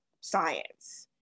science